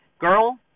girl